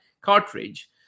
cartridge